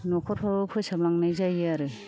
न'खरखौ फोसाबलांनाय जायो आरो